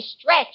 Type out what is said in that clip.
stretch